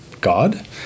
god